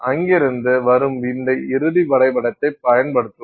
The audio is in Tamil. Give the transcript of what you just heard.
அங்கிருந்து வரும் இந்த இறுதி வரைபடத்தைப் பயன்படுத்துவோம்